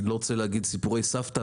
אני לא רוצה להגיד סיפורי סבתא,